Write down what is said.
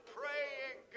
praying